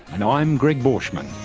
and i'm gregg borschmann